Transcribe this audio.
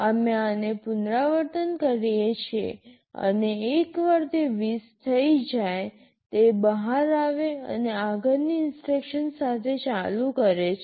અમે આને પુનરાવર્તન કરીએ છીએ અને એકવાર તે ૨૦ થઈ જાય તે બહાર આવે છે અને આગળની ઇન્સટ્રક્શન સાથે ચાલુ રહે છે